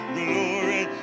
glory